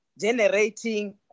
generating